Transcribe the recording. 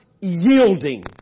yielding